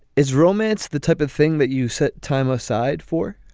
is romance the type of thing that you set time aside for?